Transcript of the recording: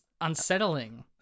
unsettling